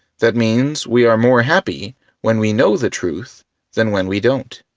that means we are more happy when we know the truth than when we don't.